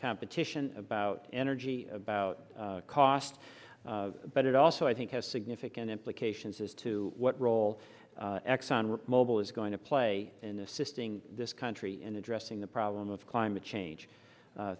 competition about energy about cost but it also i think has significant implications as to what role exxon mobil is going to play in assisting this country in addressing the problem of climate change